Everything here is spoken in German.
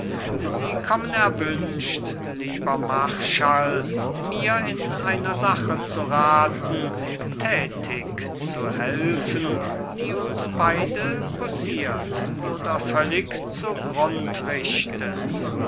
nimmt sie kommen erwünscht lieber marschall mir in einer sache zu rathen thätig zu helfen die uns beide poussiert oder völlig zu grund richtet